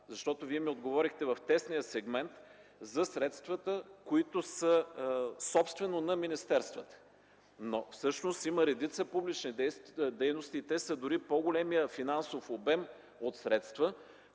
поставят. Вие ми отговорихте в тесния сегмент за средствата, които са собственост на министерствата, но всъщност има редица публични дейности и те са дори по-големия финансов обем от средства,